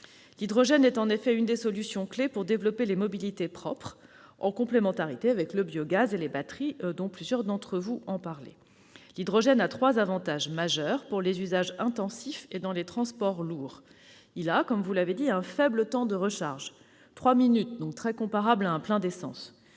L'hydrogène est en effet l'une des solutions clés pour développer les mobilités propres, en complémentarité avec le biogaz et les batteries ; plusieurs d'entre vous en ont parlé. L'hydrogène présente trois avantages majeurs pour les usages intensifs et dans les transports lourds. Le temps de recharge est réduit- trois minutes -, très comparable à un plein d'essence,